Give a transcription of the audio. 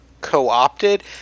Co-opted